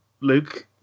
Luke